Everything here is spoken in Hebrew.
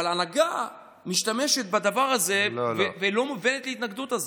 אבל ההנהגה משתמשת בדבר הזה ולא מובנת לי ההתנגדות הזאת.